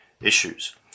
issues